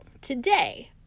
today